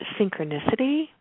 synchronicity